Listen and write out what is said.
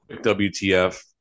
WTF